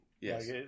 Yes